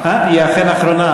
היא אכן אחרונה,